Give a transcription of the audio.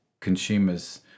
consumers